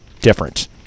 different